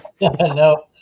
no